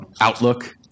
outlook